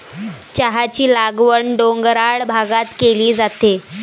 चहाची लागवड डोंगराळ भागात केली जाते